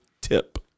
tip